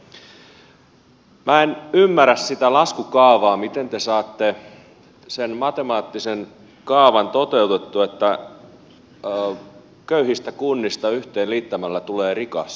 minä en ymmärrä sitä laskukaavaa miten te saatte sen matemaattisen kaavan toteutettua että köyhistä kunnista yhteen liittämällä tulee rikas